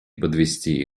подвести